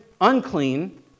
unclean